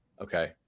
Okay